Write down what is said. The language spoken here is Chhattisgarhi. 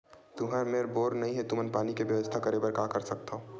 तुहर मेर बोर नइ हे तुमन पानी के बेवस्था करेबर का कर सकथव?